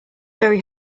very